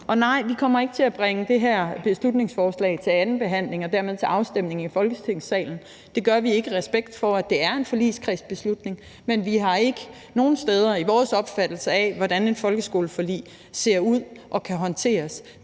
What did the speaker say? Og nej, vi kommer ikke til bringe det her beslutningsforslag til anden behandling og dermed til afstemning i Folketingssalen. Det gør vi ikke, i respekt for at det er en forligskredsbeslutning, men vi har ikke nogen steder i vores opfattelse af, hvordan et folkeskoleforlig ser ud og kan håndteres,